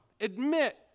admit